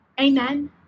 Amen